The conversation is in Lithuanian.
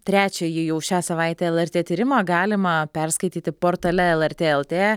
trečiąjį jau šią savaitę lrt tyrimą galima perskaityti portale lrt lt